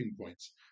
points